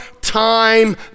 time